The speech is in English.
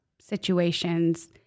situations